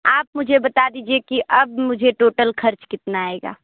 आप मुझे बता दीजिए कि अब मुझे टोटल खर्च कितना आएगा